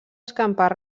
escampar